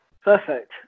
perfect